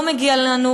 לא מגיע לנו,